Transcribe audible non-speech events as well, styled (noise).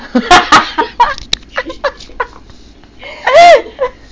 (laughs)